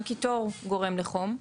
גם קיטור גורם לחום.